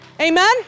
Amen